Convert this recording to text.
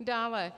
Dále